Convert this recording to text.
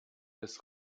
des